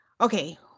okay